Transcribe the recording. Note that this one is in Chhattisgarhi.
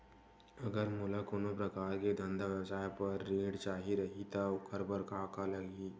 अगर मोला कोनो प्रकार के धंधा व्यवसाय पर ऋण चाही रहि त ओखर बर का का लगही?